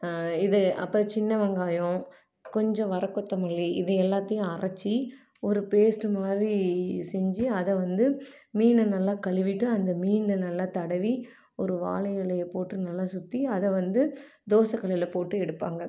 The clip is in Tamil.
இது அப்புறம் சின்னவெங்காயம் கொஞ்சம் வரக்கொத்தமல்லி இது எல்லாத்தையும் அரைச்சி ஒரு பேஸ்ட்டு மாதிரி செஞ்சி அதை வந்து மீனை நல்லா கழுவிட்டு அந்த மீனில் நல்லா தடவி ஒரு வாழை இலைய போட்டு நல்லா சுற்றி அதை வந்து தோசக்கல்லில் போட்டு எடுப்பாங்க